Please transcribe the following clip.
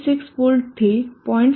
6 વોલ્ટથી 0